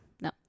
No